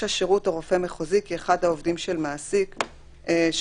השירות או רופא מחוזי כי אחד העובדים של מעסיק שחלות